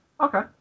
okay